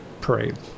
parade